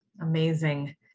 amazing